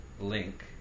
link